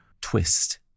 twist